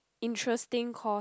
interesting course